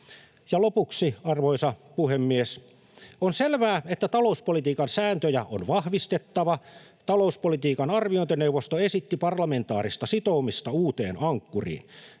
lopuksi, arvoisa puhemies: On selvää, että talouspolitiikan sääntöjä on vahvistettava. Talouspolitiikan arviointineuvosto esitti parlamentaarista sitoutumista uuteen ankkuriin.